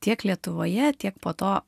tiek lietuvoje tiek po to